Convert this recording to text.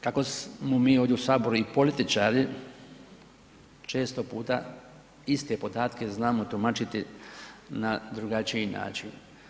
Kako smo mi ovdje u Saboru i političari često puta iste podatke znamo tumačiti na drugačiji način.